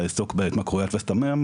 והעיסוק בהתמכרויות וסמים,